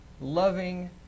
loving